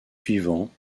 suivants